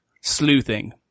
sleuthing